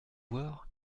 voir